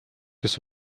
kes